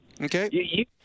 okay